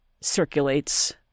circulates